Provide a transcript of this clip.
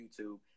YouTube